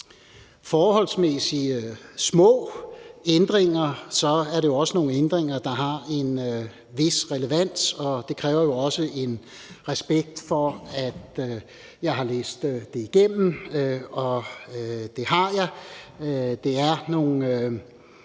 forholdsmæssig små ændringer, er det også nogle ændringer, der har en vis relevans, og det aftvinger jo også den respekt, at jeg har skullet læse det igennem, og det har jeg. Det er nogle